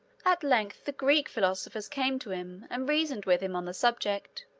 at length the greek philosophers came to him and reasoned with him on the subject,